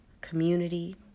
community